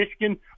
Michigan